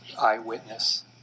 eyewitness